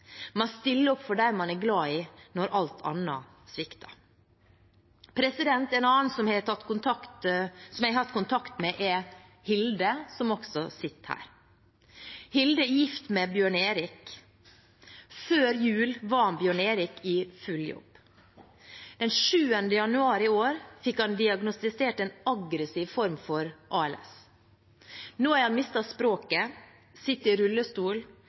Man stiller opp for dem man er glad i, når alt annet svikter. En annen som jeg har hatt kontakt med, er Hilde, som også er her i dag. Hilde er gift med Bjørn Erik. Før jul var Bjørn Erik i full jobb. Den 7. januar i år ble han diagnostisert med en aggressiv form av ALS. Nå har han mistet språket, sitter i rullestol,